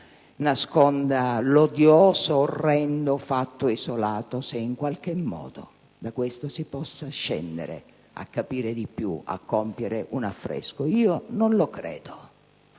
nasconda l'odioso, orrendo fatto isolato o se, in qualche modo, da questo si possa scendere a capire di più, a fare un affresco. Io non lo credo.